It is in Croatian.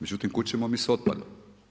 Međutim, kuda ćemo mi s otpadom.